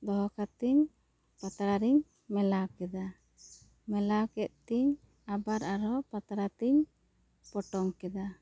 ᱫᱚᱦᱚ ᱠᱟᱛᱮᱧ ᱯᱟᱛᱲᱟ ᱨᱤᱧ ᱢᱮᱞᱟᱣ ᱠᱮᱫᱟ ᱢᱮᱞᱟᱣ ᱠᱮᱫ ᱛᱤᱧ ᱟᱵᱟᱨ ᱟᱨ ᱦᱚᱸ ᱯᱟᱛᱲᱟ ᱛᱤᱧ ᱯᱚᱴᱚᱢ ᱠᱮᱫᱟ